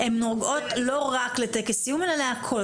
הן נוגעות לא רק לטקס סיום, אלא להכל.